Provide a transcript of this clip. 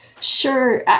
Sure